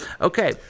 Okay